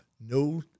no